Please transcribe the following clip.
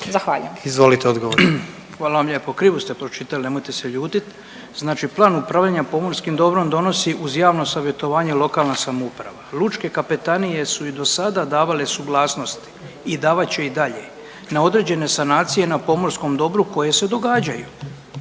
**Butković, Oleg (HDZ)** Hvala vam lijepo. Krivo ste pročitali, nemojte se ljutiti. Znači plan upravljanja pomorskim dobrom donosi uz javno savjetovanje lokalna samouprava. Lučke kapetanije su i do sada davale suglasnosti i davat će i dalje na određene sanacije na pomorskom dobru koje se događaju.